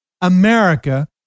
America